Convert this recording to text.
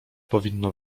powinno